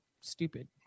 stupid